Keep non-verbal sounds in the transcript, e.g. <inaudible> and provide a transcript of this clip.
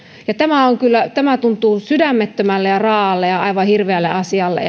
tämä tuntuu sydämettömälle ja raaalle ja aivan hirveälle asialle <unintelligible>